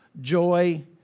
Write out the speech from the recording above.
joy